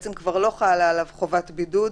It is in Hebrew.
ובעצם כבר לא חלה עליו חובת בידוד,